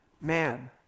Man